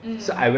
mm